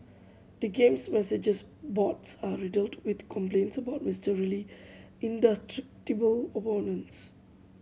the game's messages boards are riddled with complaints about mysteriously indestructible opponents